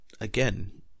again